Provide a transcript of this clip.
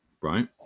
right